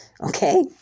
Okay